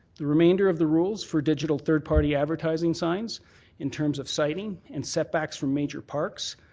the remainder of the rules for digital third party advertising signs in terms of sighting and setbacks from major parks,